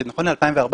שנכון ל-2014,